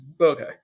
okay